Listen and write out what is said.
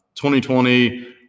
2020